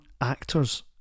actors